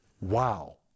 Wow